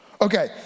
Okay